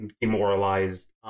demoralized